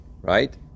right